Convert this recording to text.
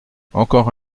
encore